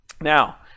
Now